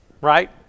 right